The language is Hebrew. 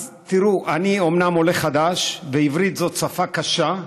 תראו, אני אומנם עולה חדש ועברית זו שפה קשה,